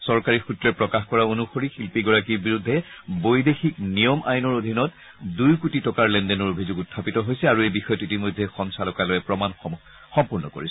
চৰকাৰী সূত্ৰই প্ৰকাশ কৰা অনুসৰি শিল্পীগৰাকীৰ বিৰুদ্ধে বৈদেশিক নিয়ম আইনৰ অধীনত দুই কোটি টকাৰ লেনদেনৰ অভিযোগ উখাপিত হৈছে আৰু এই বিষয়ত ইতিমধ্যে সঞ্চালকালয়ে প্ৰমাণসমূহ সম্পূৰ্ণ কৰিছে